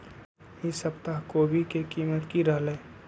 ई सप्ताह कोवी के कीमत की रहलै?